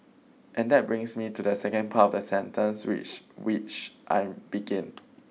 and that brings me to the second part of the sentence which which I begin